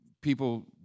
people